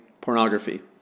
pornography